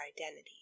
identity